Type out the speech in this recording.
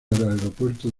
aeropuertos